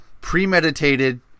premeditated